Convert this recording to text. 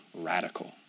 radical